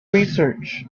research